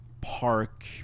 Park